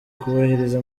kubahiriza